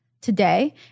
today